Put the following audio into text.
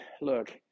look